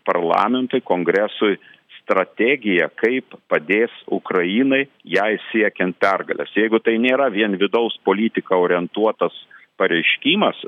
parlamentui kongresui strategiją kaip padės ukrainai jai siekiant pergalės jeigu tai nėra vien į vidaus politiką orientuotas pareiškimas